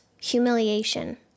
humiliation